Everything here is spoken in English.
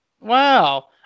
Wow